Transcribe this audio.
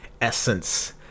essence